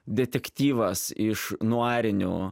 detektyvas iš nuarinių